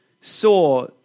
saw